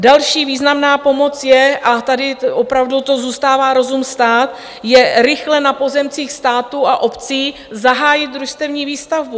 Další významná pomoc a tady opravdu zůstává rozum stát je rychle na pozemcích státu a obcí zahájit družstevní výstavbu.